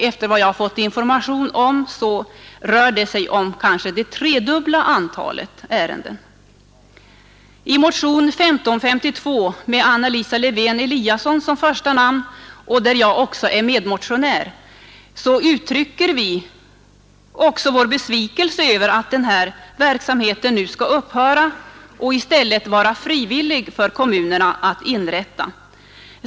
Efter vad jag fått veta rör det sig om kanske det tredubbla antalet ärenden. I motionen 1552, där Anna Lisa Lewén-Eliasson står som första namn och jag är en av medmotionärerna, uttrycks också besvikelse över att den här verksamheten skall upphöra i nuvarande former och i stället bli en frivillig angelägenhet för kommunerna.